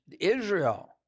Israel